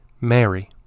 Mary